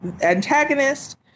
antagonist